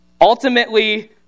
Ultimately